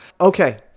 Okay